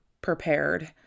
prepared